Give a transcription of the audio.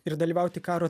ir dalyvauti karo